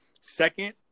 second